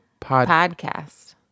podcast